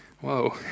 Whoa